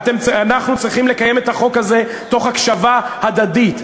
אנחנו צריכים לקיים את החוק הזה תוך הקשבה הדדית,